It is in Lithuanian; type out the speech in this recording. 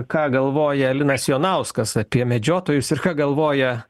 ką galvoja linas jonauskas apie medžiotojus ir ką galvoja